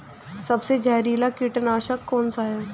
सबसे जहरीला कीटनाशक कौन सा है?